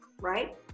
right